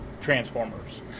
Transformers